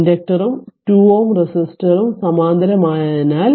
ഇൻഡക്ടറും 2 Ω റെസിസ്റ്ററും സമാന്തരമായതിനാൽ